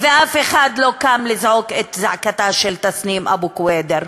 ואף אחד לא קם לזעוק את זעקתה של תסנים אבו קוידר,